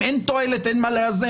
אם אין תועלת אין מה לאזן.